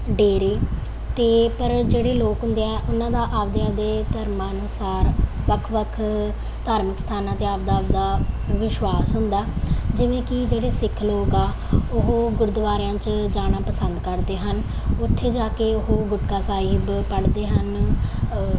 ਡੇਰੇ ਅਤੇ ਪਰ ਜਿਹੜੇ ਲੋਕ ਹੁੰਦੇ ਆ ਉਹਨਾਂ ਦਾ ਆਪਦੇ ਆਪਦੇ ਧਰਮਾਂ ਅਨੁਸਾਰ ਵੱਖ ਵੱਖ ਧਾਰਮਿਕ ਸਥਾਨਾਂ 'ਤੇ ਆਪਦਾ ਆਪਦਾ ਵਿਸ਼ਵਾਸ ਹੁੰਦਾ ਜਿਵੇਂ ਕਿ ਜਿਹੜੇ ਸਿੱਖ ਲੋਕ ਆ ਉਹ ਗੁਰਦੁਆਰਿਆਂ 'ਚ ਜਾਣਾ ਪਸੰਦ ਕਰਦੇ ਹਨ ਉੱਥੇ ਜਾ ਕੇ ਉਹ ਗੁਟਕਾ ਸਾਹਿਬ ਪੜ੍ਹਦੇ ਹਨ